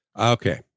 Okay